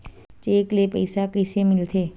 Cheque ले पईसा कइसे मिलथे?